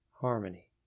harmony